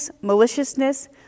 maliciousness